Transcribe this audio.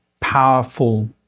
powerful